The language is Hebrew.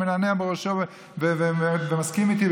שמנענע בראשו ומסכים איתי,